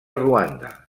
ruanda